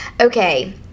Okay